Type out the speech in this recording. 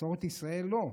למסורת ישראל, לא,